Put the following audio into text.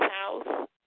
house